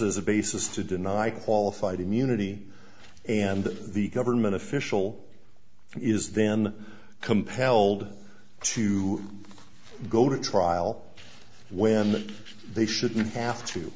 as a basis to deny qualified immunity and that the government official is then compelled to go to trial when they shouldn't have to